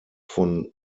von